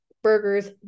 burgers